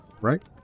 right